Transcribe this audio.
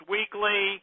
Weekly